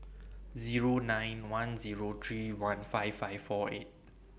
Zero nine one Zero three one five five four eight